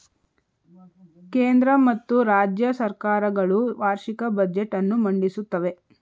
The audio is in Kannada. ಕೇಂದ್ರ ಮತ್ತು ರಾಜ್ಯ ಸರ್ಕಾರ ಗಳು ವಾರ್ಷಿಕ ಬಜೆಟ್ ಅನ್ನು ಮಂಡಿಸುತ್ತವೆ